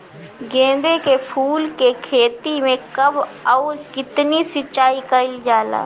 गेदे के फूल के खेती मे कब अउर कितनी सिचाई कइल जाला?